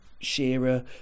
shearer